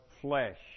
flesh